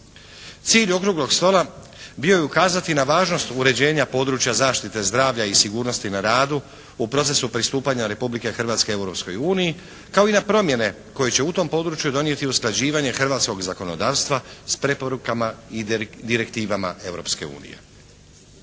Cilj okruglog stola bio je ukazati na važnost uređenja područja zaštite zdravlja i sigurnosti na radu u procesu pristupanja Republike Hrvatske Europskoj uniji kao i na promjene koje će u tom području donijeti usklađivanje hrvatskog zakonodavstva s preporukama i direktivama